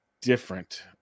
different